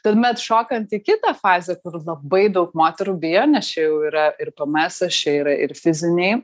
tuomet šokant į kitą fazę kur labai daug moterų bijo nes čia jau yra ir pėmėesas čia yra ir fiziniai